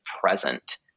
present